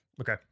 Okay